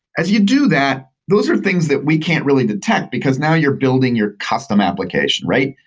as you do that, those are things that we can't really detect, because now you're building your custom application, right?